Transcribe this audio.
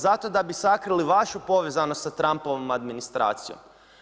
Zato da bi sakrili vašu povezanost sa Trumpovom administracijom.